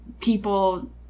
people